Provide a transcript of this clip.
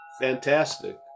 Fantastic